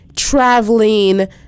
traveling